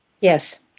yes